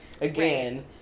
Again